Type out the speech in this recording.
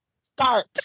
start